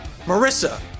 Marissa